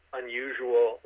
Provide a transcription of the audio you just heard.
unusual